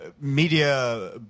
Media